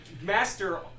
master